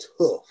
tough